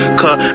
cause